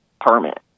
permit